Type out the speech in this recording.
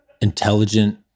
intelligent